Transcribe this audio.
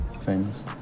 Famous